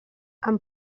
amb